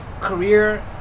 Career